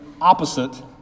opposite